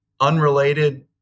unrelated